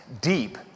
deep